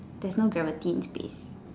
there's no gravity in space